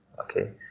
Okay